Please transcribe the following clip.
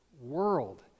world